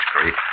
great